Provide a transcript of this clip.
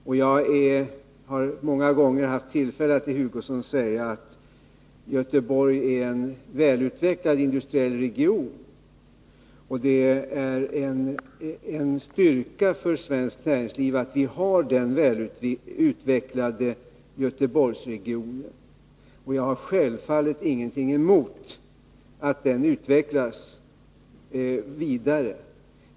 Och jag har många gånger haft tillfälle att till Kurt Hugosson säga att Göteborg är en välutvecklad industriell region och att det är en styrka för svenskt näringsliv. Jag har självfallet ingenting emot att den regionen utvecklas vidare.